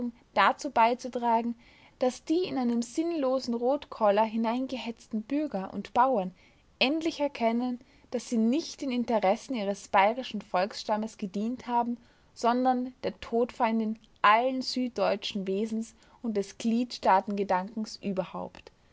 dazu beizutragen daß die in einen sinnlosen rotkoller hineingehetzten bürger und bauern endlich erkennen daß sie nicht den interessen ihres bayerischen volksstammes gedient haben sondern der todfeindin allen süddeutschen wesens und des gliedstaatengedankens überhaupt